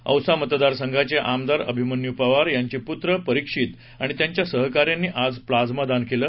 औसा मतदार संघाचे आमदार अभिमन्यू पवार त्यांचे पुत्र परिक्षित आणि त्यांच्या सहकाऱ्यांनी आज प्लाइमा दान केलं